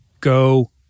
Go